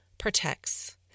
protects